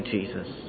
Jesus